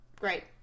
Great